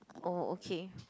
oh okay